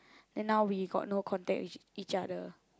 then now we got no contact with each other